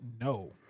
No